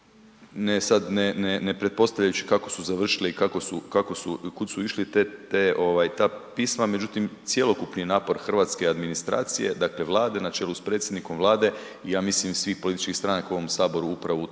ne, ne, ne pretpostavljajući kako su završile i kako su, kako su i kud su išli, te, te ovaj, ta pisma međutim cjelokupni je napor hrvatske administracije, dakle Vlade na čelu s predsjednikom Vlade i ja mislim svih političkih stranaka u ovom HS upravo